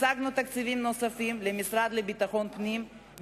השגנו תקציבים נוספים למשרד לביטחון פנים.